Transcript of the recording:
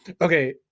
okay